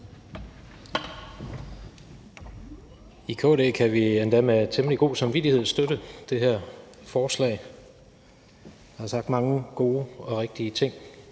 I KD kan vi endda med temmelig god samvittighed støtte det her forslag. Der er sagt mange gode og rigtige ting,